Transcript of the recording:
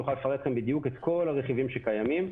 אני יכול לפרט בדיוק את כל הרכיבים שקיימים,